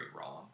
wrong